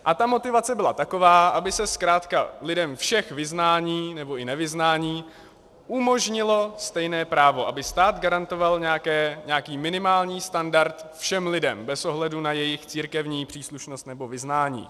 A ta motivace byla taková, aby se zkrátka lidem všech vyznání nebo i nevyznání umožnilo stejné právo, aby stát garantoval nějaký minimální standard všem lidem bez ohledu na jejich církevní příslušnost nebo vyznání.